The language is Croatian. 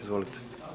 Izvolite.